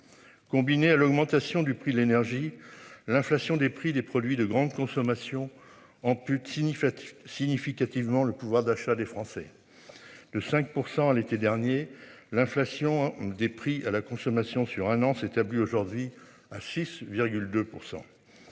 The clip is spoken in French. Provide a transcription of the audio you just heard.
Combiné à l'augmentation du prix de l'énergie, l'inflation des prix des produits de grande consommation en Puccini. Significativement, le pouvoir d'achat des Français. De 5% l'été dernier, l'inflation des prix à la consommation sur un an s'établit aujourd'hui à 6,2%.